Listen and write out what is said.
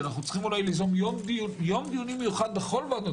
שאנחנו צריכים אולי ליזום יום דיונים מיוחד בכל ועדות